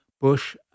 Bush